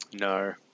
No